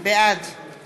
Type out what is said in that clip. בעד